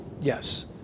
yes